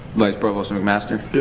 vice provost mcmaster?